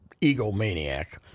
egomaniac